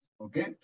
okay